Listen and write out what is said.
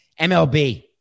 MLB